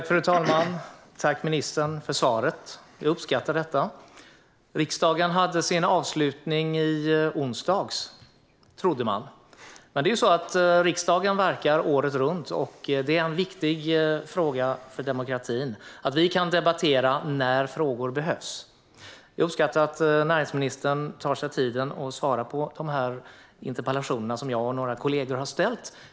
Fru talman! Tack, ministern, för svaret! Jag uppskattar detta. Riksdagen hade sin avslutning i onsdags, trodde man. Men riksdagen verkar året runt, och det är en viktig fråga för demokratin att vi kan debattera frågor när det behövs. Jag uppskattar att näringsministern tar sig tid att svara på de interpellationer som jag och några kollegor har ställt.